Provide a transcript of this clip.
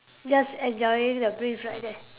just enjoying the breeze right there